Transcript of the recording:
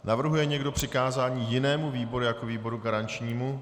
Navrhuje někdo přikázání jinému výboru jako výboru garančnímu?